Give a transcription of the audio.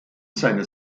seiner